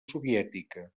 soviètica